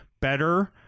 better